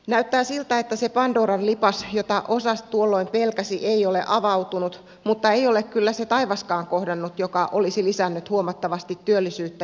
näyttää siltä että se pandoran lipas jota osa tuolloin pelkäsi ei ole avautunut mutta ei ole kyllä se taivaskaan kohdannut joka olisi lisännyt huomattavasti työllisyyttä ja työpaikkoja